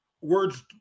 Words